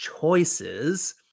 choices